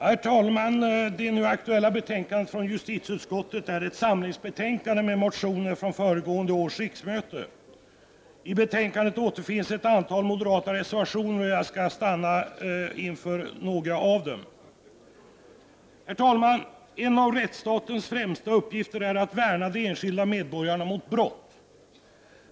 Herr talman! Det nu aktuella betänkandet från justitieutskottet är ett samlingsbetänkande med motioner från föregående års riksmöte. I betänkandet återfinns ett antal moderata reservationer, och jag skall i mitt anförande stanna inför några av dem. Herr talman! En av rättsstatens främsta uppgifter är att värna de enskilda medborgarna mot brott.